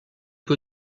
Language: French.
peu